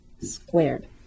squared